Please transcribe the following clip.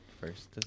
first